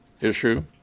issue